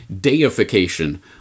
deification